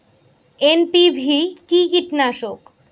NPV কি কীটনাশক?